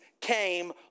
came